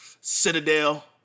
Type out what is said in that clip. Citadel